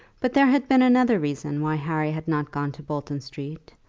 but there had been another reason why harry had not gone to bolton street,